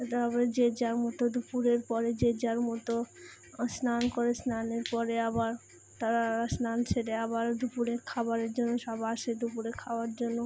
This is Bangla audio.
তারপরে যে যার মতো দুপুরের পরে যে যার মতো স্নান করে স্নানের পরে আবার তারা স্নান সেরে আবার দুপুরের খাবারের জন্য সব আসে দুপুরে খাওয়ার জন্য